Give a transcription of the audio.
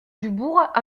dubourg